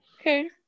Okay